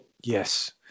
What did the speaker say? Yes